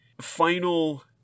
final